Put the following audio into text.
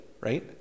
right